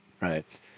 right